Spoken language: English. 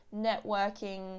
networking